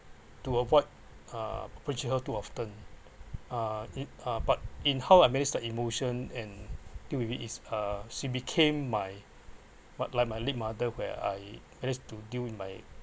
to avoid uh breach her too often uh uh but in how I manage the emotion and deal with it is uh she became my what like my late mother where I manage to deal with my